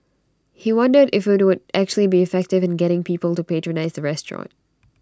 he wondered if IT would actually be effective in getting people to patronise the restaurant